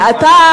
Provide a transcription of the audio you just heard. לא,